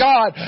God